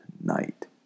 night